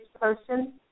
person